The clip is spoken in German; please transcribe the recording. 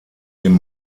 den